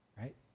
right